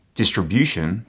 distribution